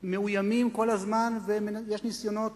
מאוימים כל הזמן, יש ניסיונות